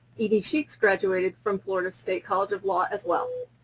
edie sheeks graduated from florida state college of law as well.